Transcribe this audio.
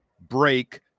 break